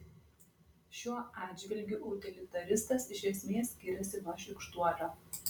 šiuo atžvilgiu utilitaristas iš esmės skiriasi nuo šykštuolio